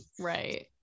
right